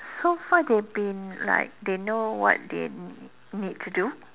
so far they've been like they know what they need to do